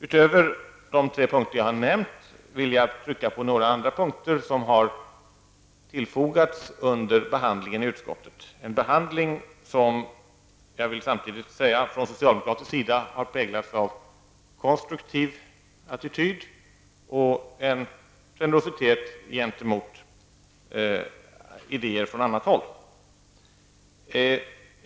Utöver de tre punkter jag har nämnt, vill jag framhålla några andra punkter som har tillfogats under behandlingen i utskottet, en behandling som från socialdemokratisk sida har präglats av en konstruktiv attityd och en generositet gentemot idéer från annat håll.